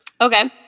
Okay